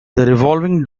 revolving